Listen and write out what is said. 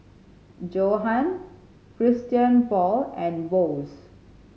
Johan Christian Paul and Bose